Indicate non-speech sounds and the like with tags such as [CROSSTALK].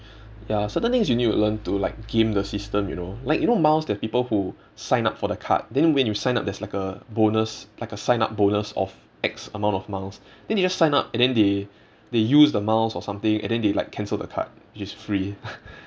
ya certain things you need to learn to like game the system you know like you know miles there are people who sign up for the card then when you sign up there is like a bonus like a sign up bonus of X amount of miles then they just sign up and then they they use the miles or something and then they like cancel the card which is free [LAUGHS]